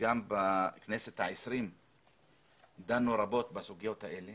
וגם בכנסת ה-20 דנו רבות בסוגיות האלה